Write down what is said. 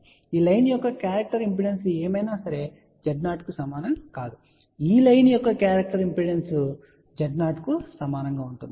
కాబట్టి ఈ లైన్ యొక్క క్యారెక్టర్స్టిక్ ఇంపెడెన్స్ ఏమైనా Z0 కు సమానం కాదు ఈ లైన్ యొక్క క్యారెక్టర్స్టిక్ ఇంపెడెన్స్ కూడా Z0 కు సమానంగా ఉంటుంది